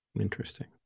Interesting